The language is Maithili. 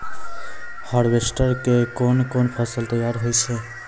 हार्वेस्टर के कोन कोन फसल तैयार होय छै?